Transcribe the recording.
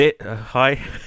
Hi